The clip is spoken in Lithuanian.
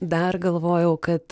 dar galvojau kad